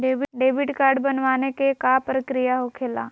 Debit card बनवाने के का प्रक्रिया होखेला?